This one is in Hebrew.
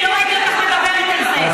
ראיתי אותך מדברת על זה.